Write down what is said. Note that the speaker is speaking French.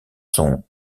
sont